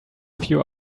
few